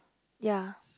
ya